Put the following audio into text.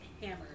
hammer